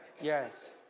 Yes